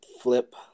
flip